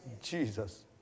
Jesus